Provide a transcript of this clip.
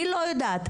אני לא יודעת.